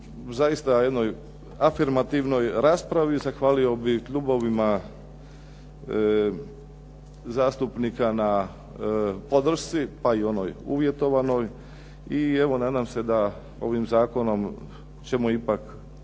zaista afirmativnoj raspravi, zahvalio bih klubovima zastupnika na podršci, pa čak i onoj uvjetovanoj i nadam se da ovim zakonom ćemo ipak